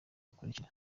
bikurikira